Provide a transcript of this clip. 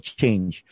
change